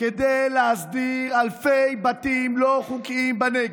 כדי להסדיר אלפי בתים לא חוקיים בנגב,